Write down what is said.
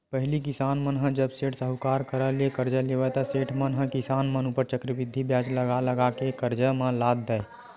पहिली किसान मन ह जब सेठ, साहूकार करा ले करजा लेवय ता सेठ मन ह किसान मन ऊपर चक्रबृद्धि बियाज लगा लगा के करजा म लाद देय